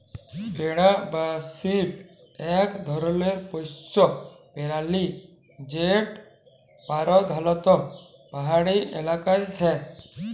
ভেড়া বা শিপ ইক ধরলের পশ্য পেরালি যেট পরধালত পাহাড়ি ইলাকায় হ্যয়